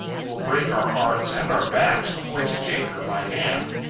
it will break our hearts and our backs to hoist anchor by hand.